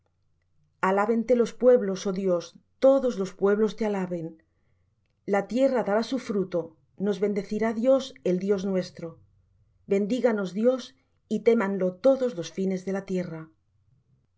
tierra selah alábente los pueblos oh dios todos los pueblos te alaben la tierra dará su fruto nos bendecirá dios el dios nuestro bendíganos dios y témanlo todos los fines de la tierra